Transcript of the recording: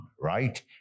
right